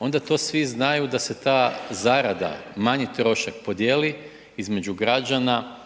onda to svi znaju da se ta zarada, manji trošak podijeli između građana